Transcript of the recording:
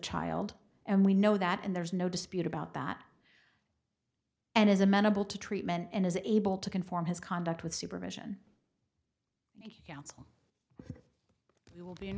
child and we know that and there's no dispute about that and is amenable to treatment and is able to conform his conduct with supervision and counsel he will be in